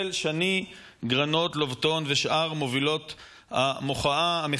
שני גרנות לובטון ושאר מובילות המחאה.